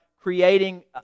Creating